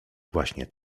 właśnie